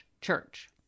church